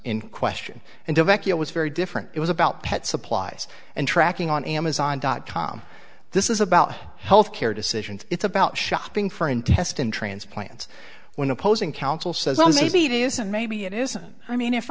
in question and evacuate was very different it was about pet supplies and tracking on amazon dot com this is about health care decisions it's about shopping for intestine transplants when opposing counsel says well maybe it is and maybe it isn't i mean if